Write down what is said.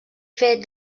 fet